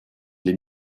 les